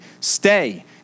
Stay